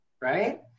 Right